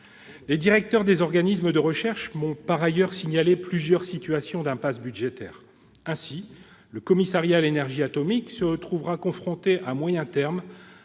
Les directeurs des organismes de recherche m'ont, par ailleurs, signalé plusieurs situations d'impasse budgétaire. Ainsi le Commissariat à l'énergie atomique et aux énergies alternatives,